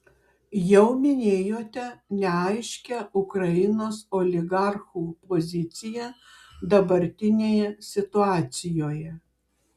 jau minėjote neaiškią ukrainos oligarchų poziciją dabartinėje situacijoje